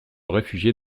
réfugier